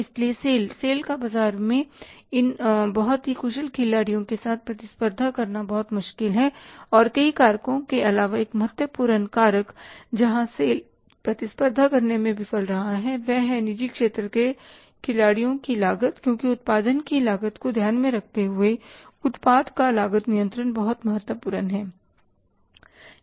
इसलिए SAIL सेल का बाजार में इन बहुत ही कुशल खिलाड़ियों के साथ प्रतिस्पर्धा करना बहुत मुश्किल है और कई कारकों के अलावा एक महत्वपूर्ण कारक जहां SAIL प्रतिस्पर्धा करने में विफल रहा है वह है निजी क्षेत्र के खिलाड़ियों की लागत क्योंकि उत्पादन की लागत को ध्यान में रखते हुए उत्पाद का लागत नियंत्रण बहुत महत्वपूर्ण है